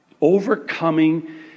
Overcoming